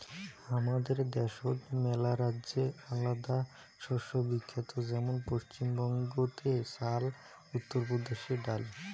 হামাদের দ্যাশোত মেলারাজ্যে আলাদা শস্য বিখ্যাত যেমন পশ্চিম বঙ্গতে চাল, উত্তর প্রদেশে ডাল